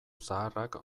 zaharrak